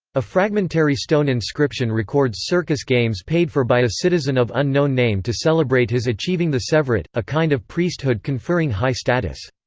a fragmentary stone inscription records circus games paid for by a citizen of unknown name to celebrate his achieving the sevirate, a kind of priesthood conferring high status.